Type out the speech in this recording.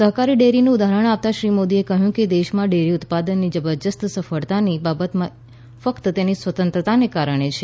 સહકારી ડેરીનું ઉદાહરણ અપાતાં શ્રી મોદીએ કહ્યું કે દેશમાં ડેરી ઉત્પાદનની જબરજસ્ત સફળતાની બાબત ફક્ત તેની સ્વતંત્રતાને કારણે છે